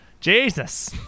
Jesus